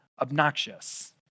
obnoxious